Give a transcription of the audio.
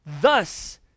thus